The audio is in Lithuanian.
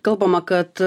kalbama kad